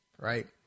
right